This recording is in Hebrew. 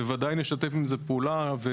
ובוודאי לשתף עם זה פעולה.